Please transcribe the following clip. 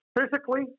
Physically